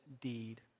deed